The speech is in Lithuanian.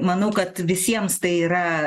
manau kad visiems tai yra